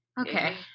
Okay